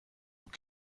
vous